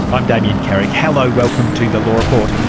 i'm damien carrick, hello, welcome to the law report,